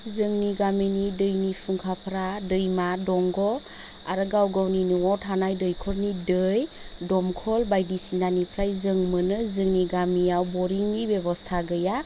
जोंनि गामिनि दैनि फुंखाफ्रा दैमा दंग' आरो गाव गावनि न'वाव थानाय दैखरनि दै दंखल बायदिसिनानिफ्राय जों मोनो जोंनि गामियाव बरिंनि बेब'स्था गैया